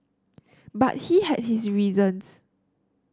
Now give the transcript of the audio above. but he had his reasons